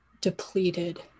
depleted